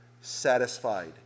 satisfied